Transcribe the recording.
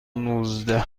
نوزده